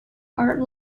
are